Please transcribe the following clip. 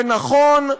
זה נכון,